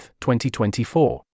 2024